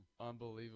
unbelievable